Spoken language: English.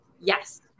Yes